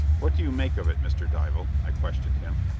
what do you make of it, mr. dival? i questioned him.